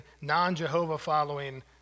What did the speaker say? non-Jehovah-following